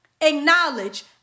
acknowledge